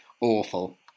awful